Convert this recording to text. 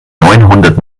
neunhundert